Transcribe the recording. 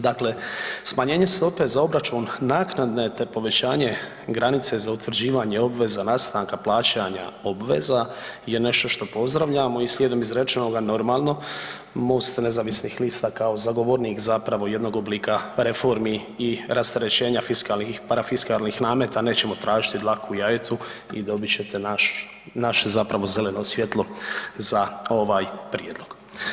Dakle, smanjenje stope za obračun naknade te povećanje granice za utvrđivanje obveza nastanka plaćanja obveza je nešto što pozdravljamo i slijedom izrečenoga normalno Most nezavisnih lista kao zagovornik jednog oblika reformi i rasterećenja fiskalnih i parafiskalnih nameta nećemo tražiti dlaku u jajetu i dobit ćete naše zeleno svjetlo za ovaj prijedlog.